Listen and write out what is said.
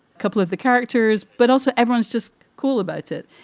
couple of the characters, but also everyone's just cool about it.